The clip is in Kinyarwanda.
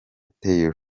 taylor